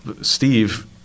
Steve